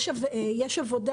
יש עבודה